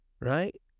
right